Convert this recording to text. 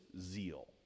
zeal